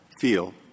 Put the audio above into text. feel